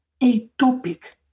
atopic